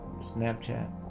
Snapchat